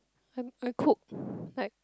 I I cook like